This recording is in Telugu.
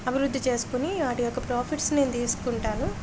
అభివృద్ధి చేసుకుని వాటి యొక్క ప్రాఫిట్స్ నేను తీసుకుంటాను